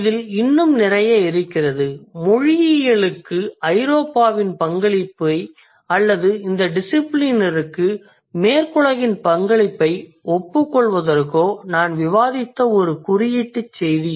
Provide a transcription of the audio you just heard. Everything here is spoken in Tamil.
இதில் இன்னும் நிறைய இருக்கிறது மொழியியலுக்கு ஐரோப்பாவின் பங்களிப்பை அல்லது இந்த டிசிபிலினிற்கு மேற்குலகின் பங்களிப்பை ஒப்புக்கொள்வதற்கோ நான் விவாதித்த ஒரு குறியீட்டுச் செய்தி